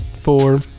four